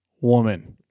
woman